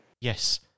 Yes